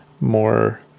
more